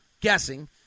guessing